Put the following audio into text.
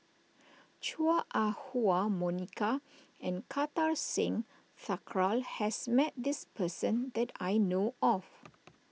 Chua Ah Huwa Monica and Kartar Singh Thakral has met this person that I know of